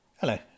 Hello